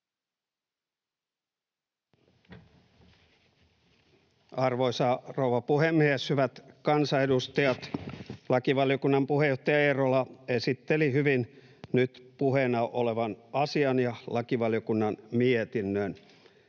Arvoisa rouva puhemies! Hyvät kansanedustajat! Lakivaliokunnan puheenjohtaja Eerola esitteli hyvin nyt puheena olevan asian ja lakivaliokunnan mietinnön.